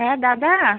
হ্যাঁ দাদা